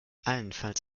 allenfalls